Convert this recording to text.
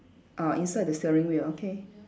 ah inside the steering wheel okay